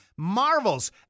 marvels